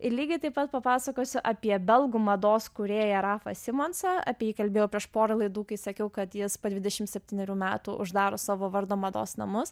ir lygiai taip pat papasakosiu apie belgų mados kūrėją rafą simonsą apie jį kalbėjau prieš porą laidų kai sakiau kad jas po dvidešim septynerių metų uždaro savo vardo mados namus